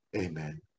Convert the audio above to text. Amen